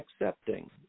accepting